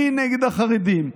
אני נגד החרדים,